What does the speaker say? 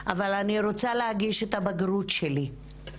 אבל אני רוצה להגיש את הבגרות שלי.